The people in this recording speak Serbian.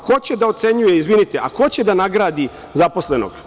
Ko će da ocenjuje, izvinite, a ko će da nagradi zaposlenog?